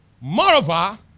Moreover